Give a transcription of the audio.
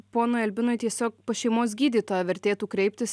ponui albinui tiesiog pas šeimos gydytoją vertėtų kreiptis